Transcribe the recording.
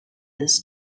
this